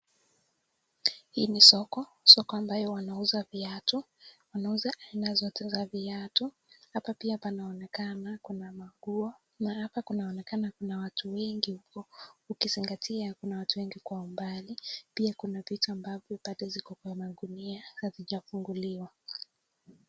Hii ni soko, soko ambayo wanauza viatu, wanauza aina zote ya viatu. Hapa pia panaonekana kuna maguo, hapa kunaonekana kuna watu wengi ukizingatia kuna watu wengi kwa umbali, ukizangatia kuna vitu ambavyo bado ziko kwa magunia hazijafunguliwa.